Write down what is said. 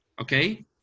okay